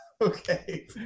Okay